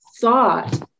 thought